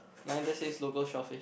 mine just says local shellfish